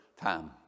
time